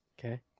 okay